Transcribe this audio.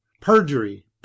perjury